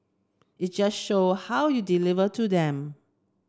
it's just how you deliver to them